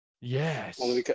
yes